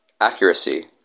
Accuracy